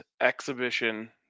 exhibition